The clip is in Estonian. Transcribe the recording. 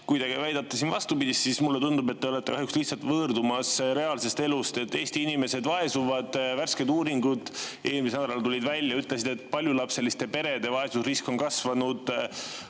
kui te väidate vastupidist, siis mulle tundub, et te olete kahjuks lihtsalt võõrdumas reaalsest elust. Eesti inimesed vaesuvad. Värsked uuringud eelmisel nädalal tulid välja ja [näitasid], et paljulapseliste perede vaesusrisk on kasvanud,